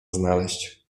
znaleźć